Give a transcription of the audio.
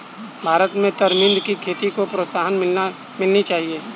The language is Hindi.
भारत में तरमिंद की खेती को प्रोत्साहन मिलनी चाहिए